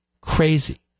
crazy